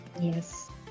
Yes